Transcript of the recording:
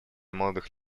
молодых